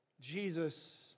Jesus